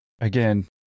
again